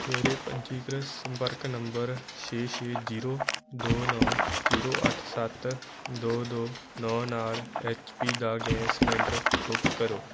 ਮੇਰੇ ਪੰਜੀਕ੍ਰਿਤ ਸੰਪਰਕ ਨੰਬਰ ਛੇ ਛੇ ਜ਼ੀਰੋ ਦੋ ਨੌ ਜ਼ੀਰੋ ਅੱਠ ਸੱਤ ਦੋ ਦੋ ਨੌਂ ਨਾਲ ਐੱਚ ਪੀ ਦਾ ਗੈਸ ਸਿਲੰਡਰ ਬੁੱਕ ਕਰੋ